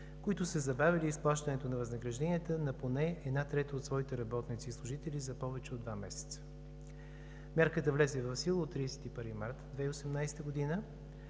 които са забавили изплащането на възнагражденията на поне една трета от своите работници и служители за повече от два месеца. Мярката влезе в сила от 31 март 2018 г.